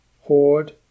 hoard